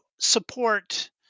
support